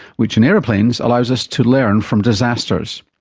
which in aeroplanes allows us to learn from disasters.